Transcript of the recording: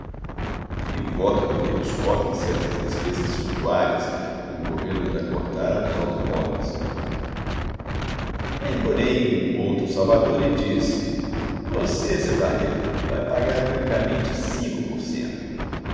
e voto por que nos cortem certas despesas suntuárias como o governo anda a cortar a dos automóveis vem porém um outro salvador e diz você seu barreto vai pagar unicamente cinco por cento